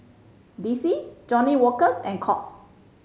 D C Johnnie Walkers and Courts